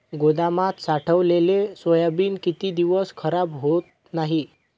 गोदामात साठवलेले सोयाबीन किती दिवस खराब होत नाही?